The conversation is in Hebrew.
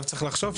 שעליו צריך לחשוב,